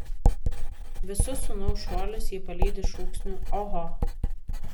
visus sūnaus šuolius ji palydi šūksniu oho